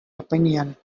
opinion